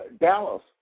Dallas